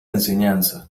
enseñanza